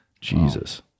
Jesus